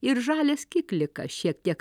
ir žalias kiklikas šiek tiek